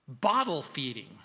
bottle-feeding